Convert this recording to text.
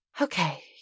Okay